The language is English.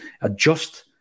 adjust